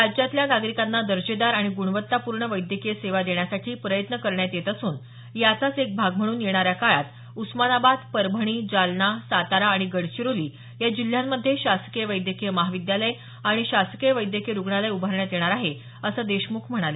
राज्यातल्या नागरिकांना दर्जेदार आणि गुणवत्तापूर्ण वैद्यकीय सेवा देण्यासाठी प्रयत्न करण्यात येत असून याचाच एक भाग म्हणून येणाऱ्या काळात उस्मानाबाद परभणी जालना सातारा आणि गडचिरोली या जिल्ह्यांमध्ये शासकीय वैद्यकीय महाविद्यालय आणि शासकीय वैद्यकीय रुग्णालय उभारण्यात येणार आहे असं देशमुख म्हणाले